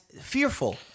fearful